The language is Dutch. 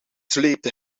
sleepte